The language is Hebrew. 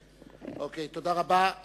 אוקיי, תודה רבה.